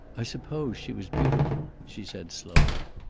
i suppose she was beautiful, she said slowly.